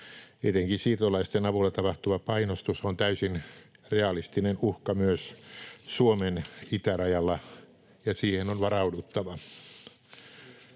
Tietenkin siirtolaisten avulla tapahtuva painostus on täysin realistinen uhka myös Suomen itärajalla, ja siihen on varauduttava.